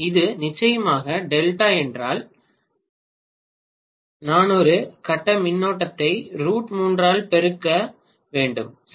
இது நிச்சயமாக டெல்டா என்றால் நான் ஒரு கட்ட மின்னோட்டத்தை ரூட் மூன்றால் பெருக்க வேண்டும் சரி